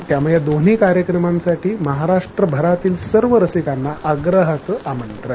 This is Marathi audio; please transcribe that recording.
त्यामुळे दोन्ही कार्यक्रमांसाठी महाराष्ट्रभरातील सर्व रसिकांना आग्रहाचं आमंत्रण